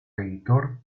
editor